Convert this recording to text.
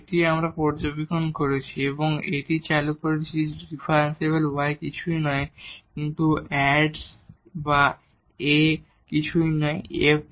এটিও আমরা পর্যবেক্ষণ করেছি এবং এটি আমরা চালু করেছি যে ডিফারেনশিয়াল y কিছুই নয় কিন্তু Adx বা A কিছুই নয় fdx